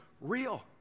real